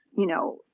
you know,